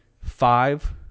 five